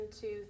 two